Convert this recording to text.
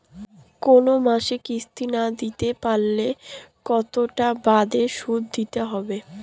কোন মাসে কিস্তি না দিতে পারলে কতটা বাড়ে সুদ দিতে হবে?